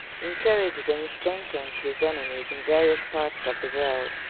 encouraged and strengthened his enemies in various parts of the world.